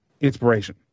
inspiration